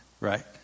right